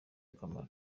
akamaro